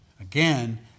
Again